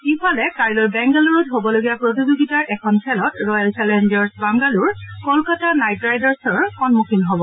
ইফালে কাইলৈ বেংগালুৰুত হবলগীয়া প্ৰতিযোগিতাৰ এখন খেলত Royal Challengers Bangalore Kolkata Knight ৰাইডাৰ্ছৰ সমুখীন হব